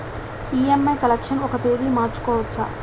EMI collection ఒక తేదీ మార్చుకోవచ్చా?